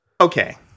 Okay